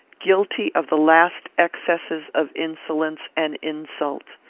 guilty of the last excesses of insolence and insult.